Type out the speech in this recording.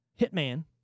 Hitman